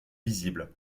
visibles